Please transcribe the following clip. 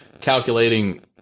calculating